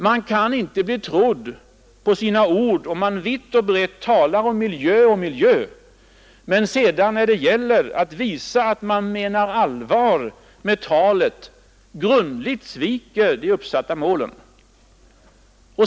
Man kan inte bli trodd på sitt ord om man talar vitt och brett om miljö och miljö men när det gäller att visa att man menar allvar med talet grundligt sviker de uppsatta målen.